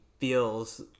feels